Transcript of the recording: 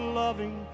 loving